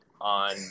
on